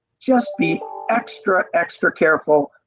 just be extra extra careful,